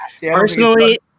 Personally